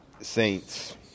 Saints